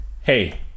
Hey